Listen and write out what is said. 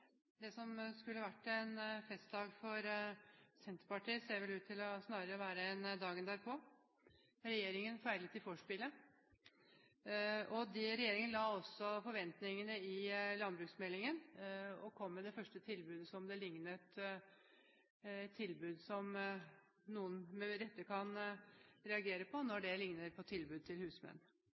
Det som skulle ha vært en festdag for Senterpartiet, ser vel snarere ut til å bli en «dagen derpå». Regjeringen feilet i vorspielet. Regjeringen la også forventningene i landbruksmeldingen og kom med det første tilbudet – et tilbud som noen med rette kan reagere på, når det ligner på tilbud til husmenn.